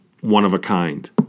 one-of-a-kind